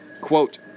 Quote